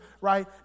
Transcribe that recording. right